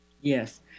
Yes